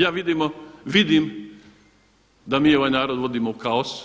Ja vidim da mi ovaj narod vodimo u kaos